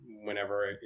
whenever